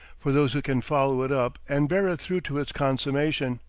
for those who can follow it up and bear it through to its consummation.